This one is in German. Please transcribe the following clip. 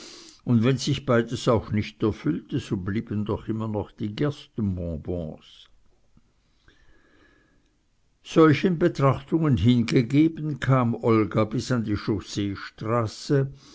und wenn sich beides auch nicht erfüllte so blieben doch immer noch die gerstenbonbons solchen betrachtungen hingegeben kam olga bis an die chausseestraße